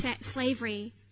slavery